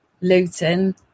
Luton